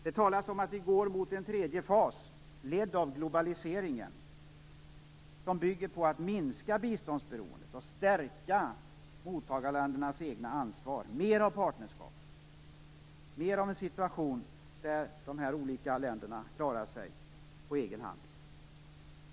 Det talas om att vi går mot en tredje fas, ledd av globaliseringen, som bygger på ett minskat biståndsberoende och på ett stärkt eget ansvar i mottagarländerna och som bygger på mer av partnerskap och mer av en situation där de olika länderna klarar sig på egen hand.